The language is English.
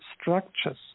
structures